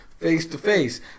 face-to-face